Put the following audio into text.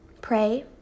pray